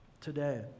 today